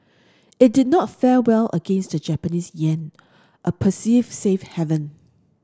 it did not fare well against the Japanese yen a perceived safe haven